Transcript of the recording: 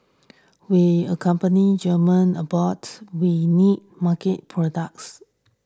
we accompany German abroad we need market products